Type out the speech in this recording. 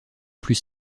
plus